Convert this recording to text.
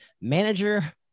manager